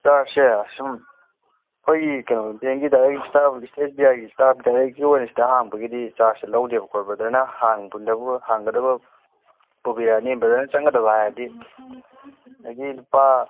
ꯆꯥꯔ꯭ꯖꯁꯦ ꯁꯨꯝ ꯑꯩꯈꯣꯏꯒꯤ ꯀꯩꯅꯣ ꯕꯦꯡꯒꯤ ꯗꯥꯏꯔꯦꯛ ꯁ꯭ꯇꯥꯐ ꯑꯦꯁ ꯕꯤ ꯑꯥꯏꯒꯤ ꯁ꯭ꯇꯥꯐ ꯗꯥꯏꯔꯦꯛꯀꯤ ꯑꯣꯏꯅ ꯁꯤꯗ ꯍꯥꯡꯕꯒꯤ ꯆꯥꯔ꯭ꯖꯁꯦ ꯂꯧꯗꯦꯕꯀꯣ ꯕ꯭ꯔꯗꯔꯅ ꯍꯥꯡꯒꯗꯧꯕ ꯄꯨꯕꯤꯔꯛꯑꯅꯤ ꯕ꯭ꯔꯗꯔꯅ ꯆꯪꯒꯗꯧꯕ ꯍꯥꯏꯔꯗꯤ ꯑꯗꯒꯤ ꯂꯨꯄꯥ